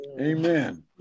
Amen